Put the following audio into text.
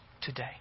today